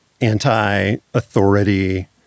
anti-authority